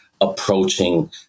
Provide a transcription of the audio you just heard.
approaching